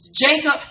Jacob